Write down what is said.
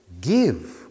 give